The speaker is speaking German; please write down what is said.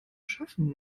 schaffen